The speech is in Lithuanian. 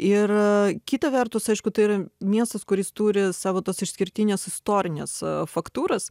ir kita vertus aišku tai yra miestas kuris turi savo tas išskirtines istorines faktūras